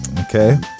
Okay